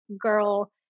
girl